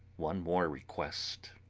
one more request